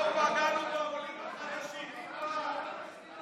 לא פגענו בעולים החדשים אף פעם.